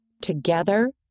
Together